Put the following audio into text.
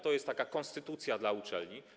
To jest taka konstytucja dla uczelni.